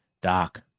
doc,